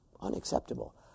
Unacceptable